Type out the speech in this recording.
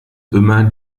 immer